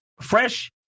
Fresh